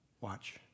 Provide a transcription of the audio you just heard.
watch